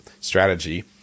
strategy